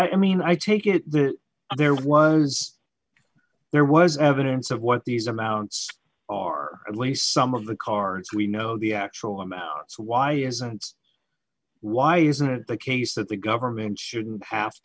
i mean i take it there was there was evidence of what these amounts or at least some of the cards we know the actual amounts why isn't why isn't the case that the government shouldn't have